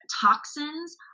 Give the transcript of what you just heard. toxins